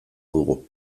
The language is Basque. dugu